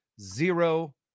zero